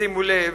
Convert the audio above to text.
שימו לב,